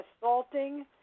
assaulting